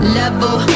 level